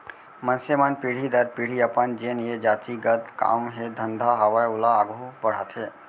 मनसे मन पीढ़ी दर पीढ़ी अपन जेन ये जाति गत काम हे धंधा हावय ओला आघू बड़हाथे